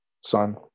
Son